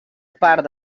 part